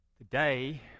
Today